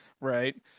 Right